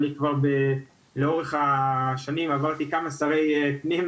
אני כבר לאורך השנים עברתי כמה שרי פנים